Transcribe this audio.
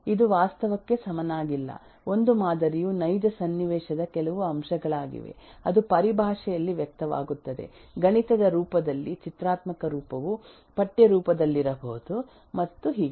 ಇದು ವಾಸ್ತವಕ್ಕೆ ಸಮನಾಗಿಲ್ಲ ಒಂದು ಮಾದರಿಯು ನೈಜ ಸನ್ನಿವೇಶದ ಕೆಲವು ಅಂಶಗಳಾಗಿವೆ ಅದು ಪರಿಭಾಷೆಯಲ್ಲಿ ವ್ಯಕ್ತವಾಗುತ್ತದೆ ಗಣಿತದ ರೂಪದಲ್ಲಿ ಚಿತ್ರಾತ್ಮಕ ರೂಪವು ಪಠ್ಯ ರೂಪದಲ್ಲಿರಬಹುದು ಮತ್ತು ಹೀಗೆ